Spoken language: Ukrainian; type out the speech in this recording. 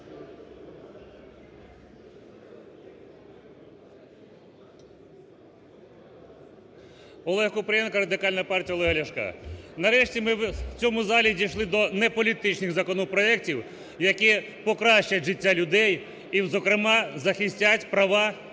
Олег Купрієнко, Радикальна партія Олега Ляшка. Нарешті, ми в цьому залі дійшли до неполітичних законопроектів, які покращать життя людей і, зокрема, захистять права наших